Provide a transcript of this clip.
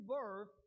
birth